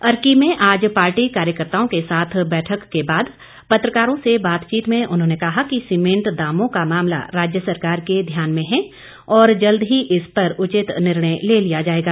अर्की में आज पार्टी कार्यकर्ताओं के साथ बैठक के बाद पत्रकारों से बातचीत में उन्होंने कहा कि सीमेंट दामों का मामला राज्य सरकार के ध्यान में है और जल्द ही इस पर उचित निर्णय ले लिया जाएगा